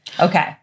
Okay